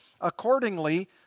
accordingly